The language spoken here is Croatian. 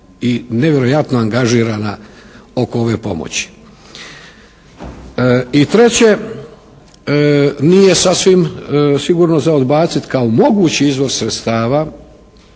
i nevjerojatno angažirana oko ove pomoći. I treće. Nije sasvim sigurno za odbaciti kao mogući izvor sredstava